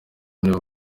nibo